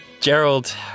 Gerald